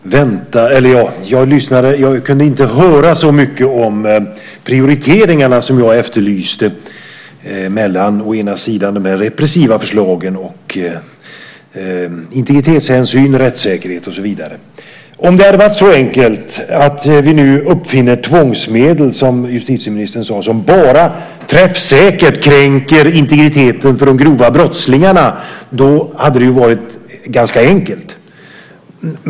Fru talman! Jag lyssnade självklart på justitieministerns inlägg, och jag kunde inte höra så mycket om de prioriteringar jag efterlyste mellan å ena sidan de repressiva förslagen och å andra sidan integritetshänsyn, rättssäkerhet och så vidare. Om det hade varit så att vi nu uppfinner tvångsmedel, som justitieministern sade, som träffsäkert kränker integriteten bara för de grova brottslingarna hade det varit ganska enkelt.